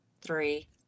Three